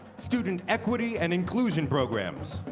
student equity and inclusion programs,